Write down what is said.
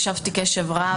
הקשבתי קשב רב,